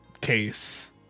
case